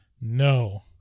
no